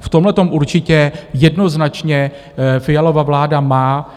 V tomhletom určitě jednoznačně Fialova vláda má